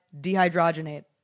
dehydrogenate